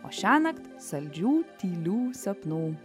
o šiąnakt saldžių tylių sapnų